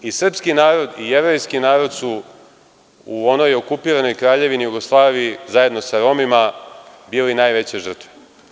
I srpski narod i jevrejski narod su u onoj okupiranoj Kraljevini Jugoslaviji, zajedno sa Romima, bili najveće žrtve.